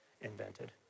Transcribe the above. invented